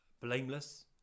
blameless